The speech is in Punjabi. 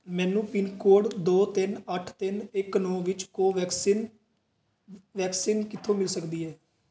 ਮੈਨੂੰ ਪਿਨ ਕੋਡ ਦੋ ਤਿੰਨ ਅੱਠ ਤਿੰਨ ਇੱਕ ਨੌਂ ਵਿੱਚ ਕੋਵੈਕਸਿਨ ਵੈਕਸੀਨ ਕਿੱਥੋਂ ਮਿਲ ਸਕਦੀ ਹੈ